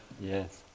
Yes